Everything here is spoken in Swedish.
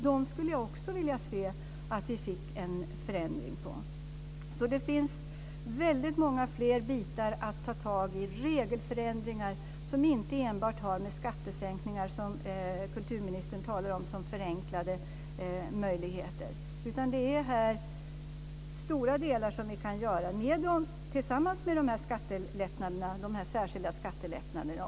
De skulle jag också vilja se att vi fick en förändring av. Det finns många fler bitar att ta tag i. Det finns regelförändringar, som inte enbart har att göra med skattesänkningar som kulturministern talade om, som förenklade möjligheter. Det är stora delar vi kan göra, tillsammans med särskilda skattelättnader.